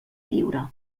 lliure